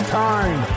time